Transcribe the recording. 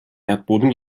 erdboden